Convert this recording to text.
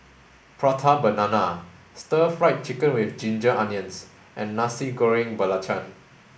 prata banana stir fry chicken with ginger onions and Nasi Goreng Belacan